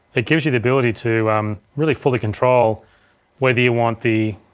it gives you the ability to um really fully control whether you want the